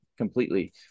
completely